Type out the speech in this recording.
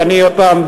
ואני עוד הפעם,